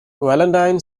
valentine